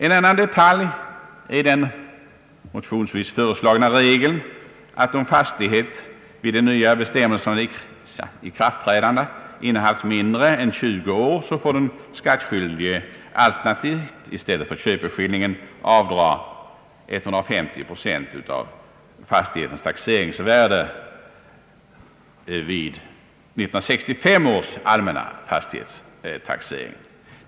En annan detalj är den motionsvis föreslagna regeln, att om fastighet vid de nya bestämmelsernas ikraftträdande innehafts mindre än 20 år så får den skattskyldige alternativt i stället för köpeskillingen avdra 150 procent av fastighetens taxeringsvärde vid 1965 års allmänna fastighetstaxering.